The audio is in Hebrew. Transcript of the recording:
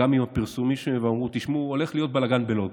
גם עם הפרסום שהיה, ואמרו שהולך להיות בלגן בלוד.